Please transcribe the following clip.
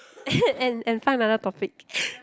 and and find another topic